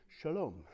Shalom